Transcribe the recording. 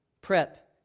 Prep